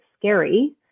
scary